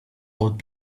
would